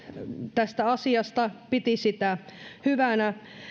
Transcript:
tästä asiasta piti sitä hyvänä